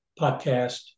podcast